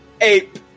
Ape